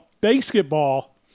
Basketball